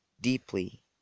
deeply